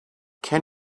can